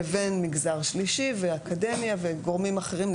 לבין מגזר שלישי ואקדמיה וגורמים אחרים,